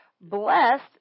Blessed